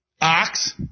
Ox